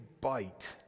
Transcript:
bite